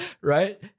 Right